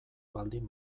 baldin